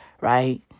right